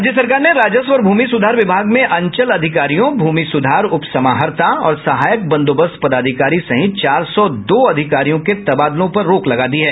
राज्य सरकार ने राजस्व और भूमि सुधार विभाग में अंचल अधिकारियों भूमि सुधार उप समहर्ता और सहायक बंदोवस्त पदाधिकारी सहित चार सौ दो अधिकारियों के तबादलों पर रोक लगा दी है